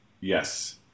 Yes